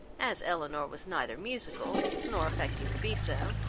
as elinor was neither musical, nor affecting to be so,